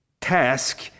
task